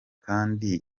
kandi